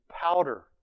powder